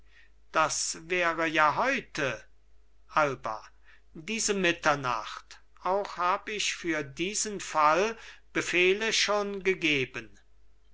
das wäre ja heute alba diese mitternacht auch hab ich für diesen fall befehle schon gegeben